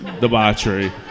debauchery